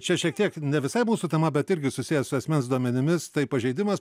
čia šiek tiek ne visai mūsų tema bet irgi susiję su asmens duomenimis tai pažeidimas